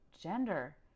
gender